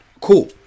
cool